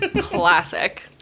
Classic